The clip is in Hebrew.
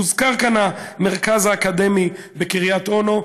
הוזכר כאן המרכז האקדמי בקריית אונו,